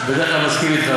אני בדרך כלל מסכים אתך,